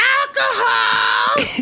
alcohol